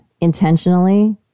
intentionally